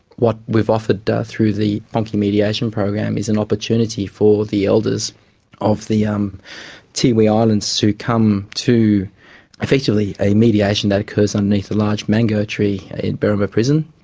what we've offered through the ponki mediation program is an opportunity for the elders of the um tiwi islands to come to effectively a mediation that occurs underneath a large mango tree at berrimah prison.